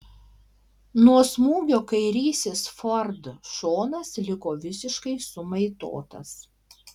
nuo smūgio kairysis ford šonas liko visiškai sumaitotas